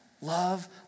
love